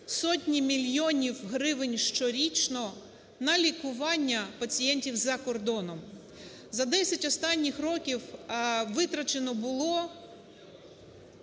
сотні мільйонів гривень щорічно на лікування пацієнтів за кордоном. За 10 останніх років витрачено було